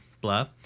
Blah